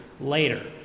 later